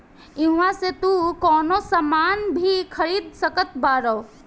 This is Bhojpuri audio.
इहवा से तू कवनो सामान भी खरीद सकत बारअ